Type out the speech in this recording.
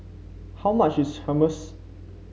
how much is Hummus